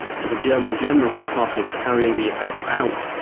to the german generals tasked with carrying the offensive out,